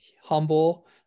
humble